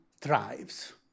thrives